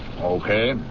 Okay